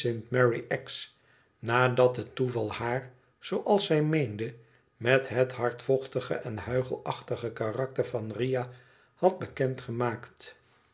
nadat het toeval haar zooals zij meende met het hardvochtige en huichelachtige karakter van riah had bekend gemaakt